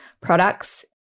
products